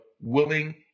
willing